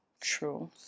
True